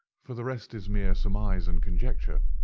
for the rest is mere surmise and conjecture.